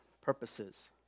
Purposes